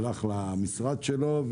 נמצא במשרדו,